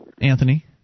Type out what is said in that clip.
Anthony